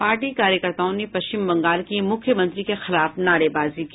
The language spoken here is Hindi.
पार्टी कार्यकर्ताओं ने पश्चिम बंगाल की मुख्यमंत्री के खिलाफ नारेबाजी की